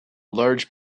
large